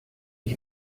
ich